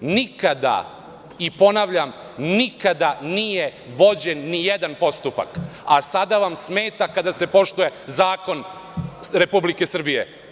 nikada, ponavljam, nikada nije vođen nijedan postupak, a sada vam smeta kada se poštuje zakon Republike Srbije.